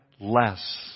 less